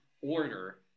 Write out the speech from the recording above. order